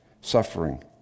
suffering